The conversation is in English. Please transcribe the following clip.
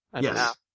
Yes